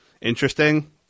interesting